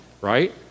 right